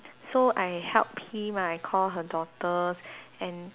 so I help him ah I call her daughter and